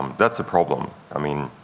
that's a problem. i mean,